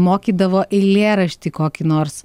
mokydavo eilėraštį kokį nors